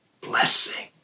blessing